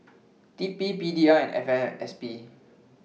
T P P D L F M S P